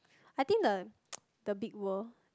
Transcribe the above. I think the the big world